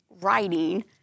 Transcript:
writing